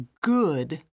good